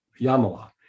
Yamala